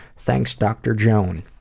thanks dr. joan.